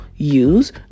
use